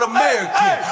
American